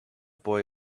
boy